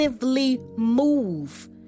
move